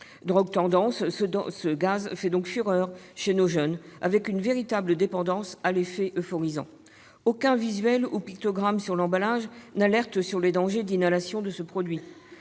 Drogue tendance, ce gaz fait donc fureur chez nos jeunes, créant une véritable dépendance à l'effet euphorisant. Aucun visuel ou pictogramme sur l'emballage n'alerte sur les dangers d'inhalation de ce produit.